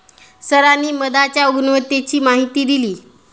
सरांनी मधाच्या गुणवत्तेची माहिती दिली